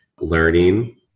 learning